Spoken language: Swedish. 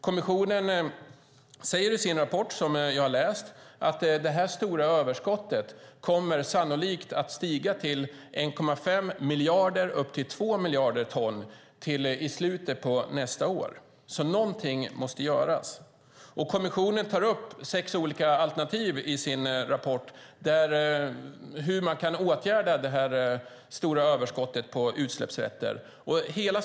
Kommissionen säger i sin rapport, som jag har läst, att det stora överskottet sannolikt kommer att stiga till mellan 1,5 och 2 miljarder ton till slutet av nästa år. Någonting måste göras. Kommissionen tar i sin rapport upp sex alternativ när det gäller hur man kan åtgärda det stora överskottet på utsläppsrätter.